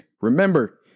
remember